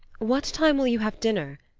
what time will you have dinner?